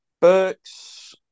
Burks